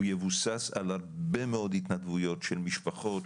הוא יבוסס על הרבה מאוד על התנדבויות של משפחות,